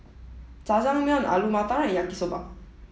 Jajangmyeon Alu Matar and Yaki Soba